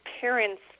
parents